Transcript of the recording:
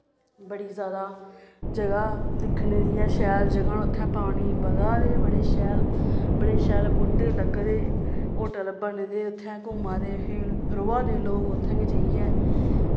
बड़ी ज्यादा जगह् दिक्खने दी ऐ शैल जगह् उत्थैं पानी बगा दे बड़े शैल बड़े शैल बूह्टे लग्गे दे होटल बने दे उत्थैंं घूमा दे फिर रवा दे लोग उत्थें बी जाइयै